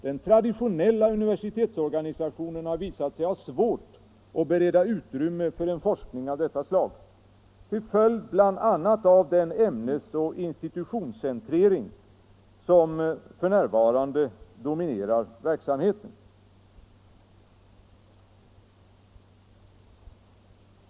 Den traditionella universitetsorganisationen har visat sig ha svårt att bereda utrymme för en forskning av detta slag - till följd bl.a. av den ämnesoch institutionscentrering som f.n. dominerar verksamheten.